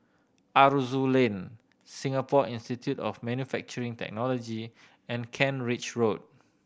Aroozoo Lane Singapore Institute of Manufacturing Technology and Kent Ridge Road